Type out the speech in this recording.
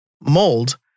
mold